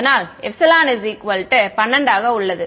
அதனால் ε12 ஆக உள்ளது